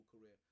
career